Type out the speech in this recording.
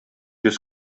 йөз